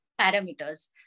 parameters